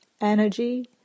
energy